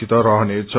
सत रहनेछ